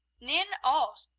nein, all.